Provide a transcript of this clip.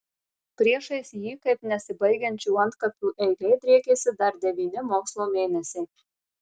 priešais jį kaip nesibaigiančių antkapių eilė driekėsi dar devyni mokslo mėnesiai